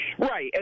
Right